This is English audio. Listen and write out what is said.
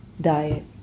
diet